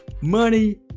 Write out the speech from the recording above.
money